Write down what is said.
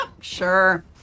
sure